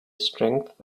strength